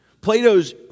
Plato's